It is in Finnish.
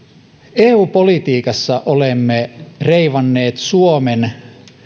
eu politiikassa olemme reivanneet suomen